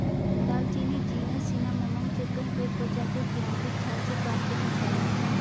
दालचीनी genus Cinnamomum से कई पेड़ प्रजातियों की आंतरिक छाल से प्राप्त एक मसाला है